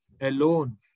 alone